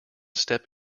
step